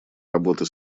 работы